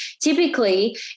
typically